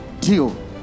deal